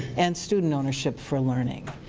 and student ownership for learning.